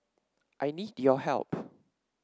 I need your help